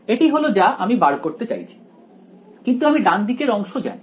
এটি হলো যা আমি বার করতে চাইছি কিন্তু আমি ডান দিকের অংশ জানি